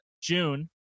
June